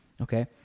okay